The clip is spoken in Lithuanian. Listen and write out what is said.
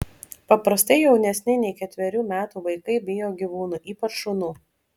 paprastai jaunesni nei ketverių metų vaikai bijo gyvūnų ypač šunų